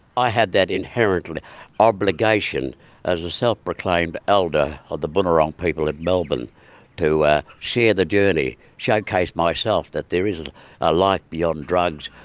i had that inherent obligation as a self-proclaimed elder of the boonwurrung people in melbourne to share the journey and showcase myself that there is ah a life beyond drugs,